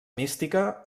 mística